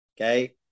okay